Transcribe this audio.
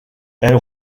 elle